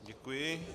Děkuji.